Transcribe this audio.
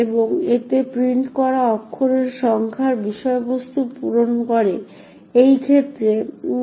এবং এতে প্রিন্ট করা অক্ষরের সংখ্যার বিষয়বস্তু পূরণ করে এই ক্ষেত্রে 60